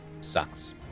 sucks